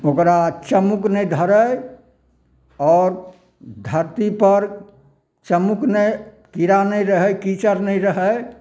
ओकरा चम्मुक नहि धड़ै आओर धरती पर चम्मुक नहि कीड़ा नहि रहै कीचड़ नहि रहै